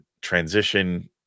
transition